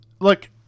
look